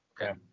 Okay